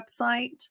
website